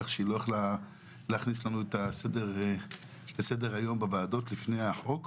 כך שהיא לא יכלה להכניס לנו את סדר-היום בוועדות לפני החוק,